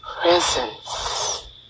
presence